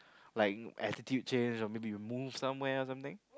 like attitude change or maybe you move somewhere or something